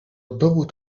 dowód